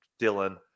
Dylan